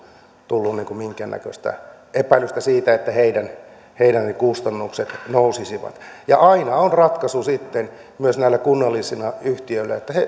minkäännäköistä epäilystä siitä että heidän heidän kustannuksensa nousisivat ja aina on ratkaisu sitten myös näillä kunnallisilla yhtiöillä että